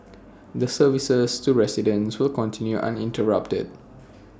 the services to residents will continue uninterrupted